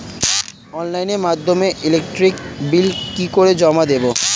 অনলাইনের মাধ্যমে electric bill কি করে জমা দেবো?